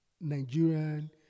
Nigerian